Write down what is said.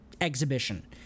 exhibition